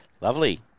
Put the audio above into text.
lovely